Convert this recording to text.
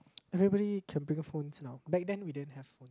everybody can bring phones now back then we didn't have phones